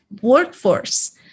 workforce